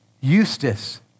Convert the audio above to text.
Eustace